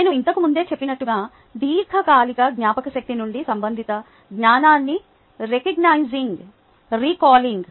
నేను ఇంతకు ముందే చెప్పినట్లుగా దీర్ఘకాలిక జ్ఞాపకశక్తి నుండి సంబంధిత జ్ఞానాన్ని రెకోజ్ఞిజింగ్రీకాలింగ్